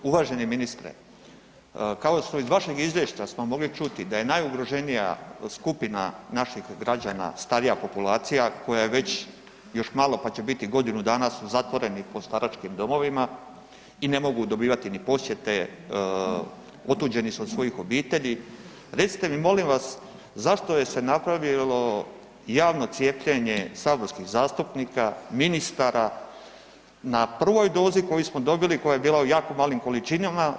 Uvaženi ministre, kao što iz vašeg izvješća smo mogli čuti da je najugroženija skupina naših građana starija populacija koja je već još malo pa će biti godinu dana su zatvoreni po staračkim domovima i ne mogu dobivati ni posjete, otuđeni su od svojih obitelji, recite mi molim vas, zašto se napravilo javno cijepljenje saborskih zastupnika, ministara na prvoj dozi koju smo dobili, koja je bila u jako malim količinama?